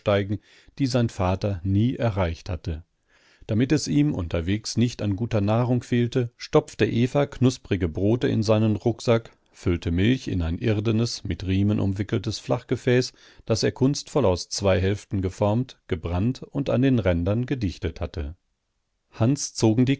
die sein vater nie erreicht hatte damit es ihm unterwegs nicht an guter nahrung fehlte stopfte eva knusprige brote in seinen rucksack füllte milch in ein irdenes mit riemen umwickeltes flachgefäß das er kunstvoll aus zwei hälften geformt gebrannt und an den rändern gedichtet hatte hans zogen die